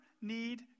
need